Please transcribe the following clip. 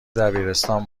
دبیرستان